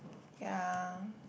ya